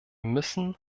müssen